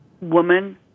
woman